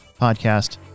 podcast